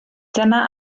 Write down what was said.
dyna